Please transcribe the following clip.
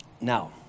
Now